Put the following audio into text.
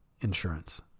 insurance